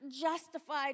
justified